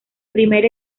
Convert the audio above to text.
primer